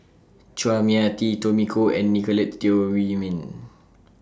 Chua Mia Tee Tommy Koh and Nicolette Teo Wei Min